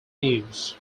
news